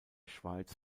schweiz